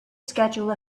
schedule